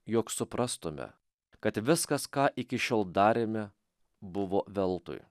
jog suprastume kad viskas ką iki šiol darėme buvo veltui